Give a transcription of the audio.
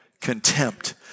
Contempt